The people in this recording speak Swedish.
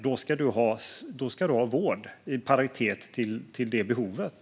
Då ska du ha vård i paritet till det behovet.